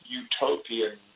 utopian